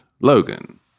Logan